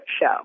show